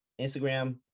Instagram